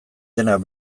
denak